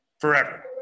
forever